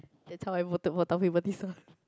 that's how I voted for Taufik-Batisah